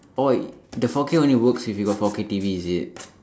orh the four K only works if you got four K T_V is it